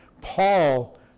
Paul